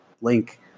link